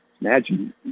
Imagine